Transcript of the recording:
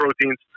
proteins